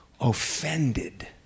offended